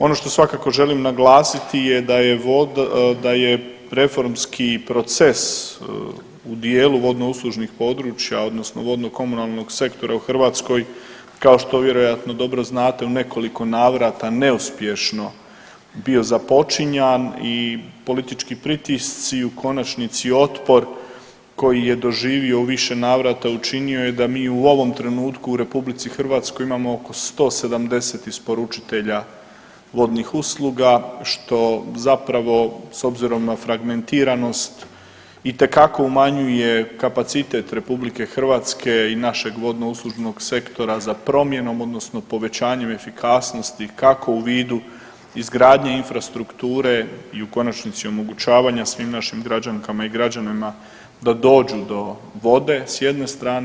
Ono što svakako želim naglasiti da je reformski proces u dijelu vodnouslužnih područja odnosno vodnokomunalnog sektora u Hrvatskoj kao što vjerojatno dobro znate u nekoliko navrata neuspješno bio započinjan i politički pritisci u konačnici otpor koji je doživio u više navrata učinio je da mi u ovom trenutku u RH imamo oko 170 isporučitelja vodnih usluga što zapravo s obzirom na fragmentiranost itekako umanjuje kapacitet RH i našeg vodnouslužnog sektora za promjenom odnosno povećanjem efikasnosti kako u vidu izgradnje infrastrukture i u konačnici omogućavanja svim našim građankama i građanima da dođu do vode s jedne strane.